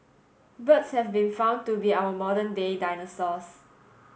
birds have been found to be our modern day dinosaurs